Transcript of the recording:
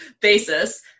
basis